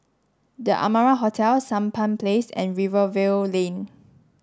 the Amara Hotel Sampan Place and Rivervale Lane